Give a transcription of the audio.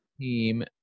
team